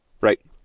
Right